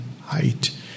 height